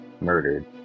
murdered